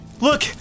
Look